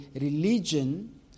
religion